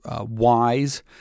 wise